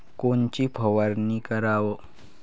कोनची फवारणी कराव?